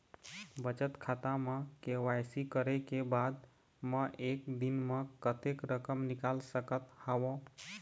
बचत खाता म के.वाई.सी करे के बाद म एक दिन म कतेक रकम निकाल सकत हव?